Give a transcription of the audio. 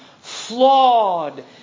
flawed